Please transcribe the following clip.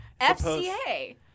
FCA